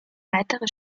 weitere